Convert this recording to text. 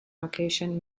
occasion